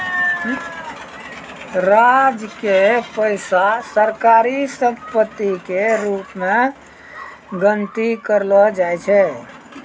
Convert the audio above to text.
राज्य के पैसा सरकारी सम्पत्ति के रूप मे गनती करलो जाय छै